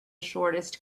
shortest